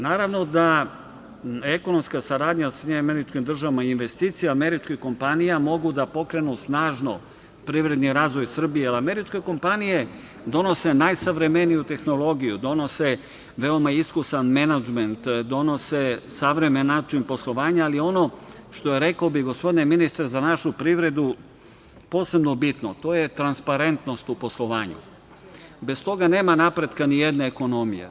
Naravno da ekonomska saradnja SAD i investicije američke kompanije mogu da pokrenu snažno privredni razvoj Srbije, ali američke kompanije donose najsavremeniju tehnologiju, donose veoma iskusan menadžment, donose savremen način poslovanja, ali ono što je, rekao bih, gospodine ministre, za našu privredu posebno bitno, a to je transparentnost u poslovanju, bez toga nema napretka nijedne ekonomije.